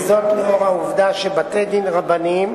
וזאת לאור העובדה שבתי-דין רבניים,